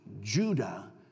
Judah